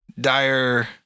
dire